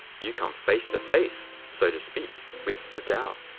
you come face to face, so to speak, with the tao.